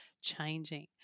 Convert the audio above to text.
changing